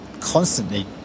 constantly